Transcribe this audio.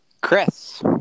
Chris